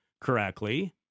correctly